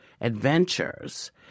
adventures